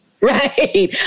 Right